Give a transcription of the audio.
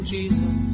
Jesus